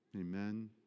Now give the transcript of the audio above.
Amen